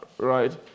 Right